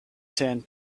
sand